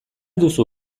duzu